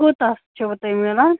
کوٗتاہ چھُوٕ تۄہہِ مِلان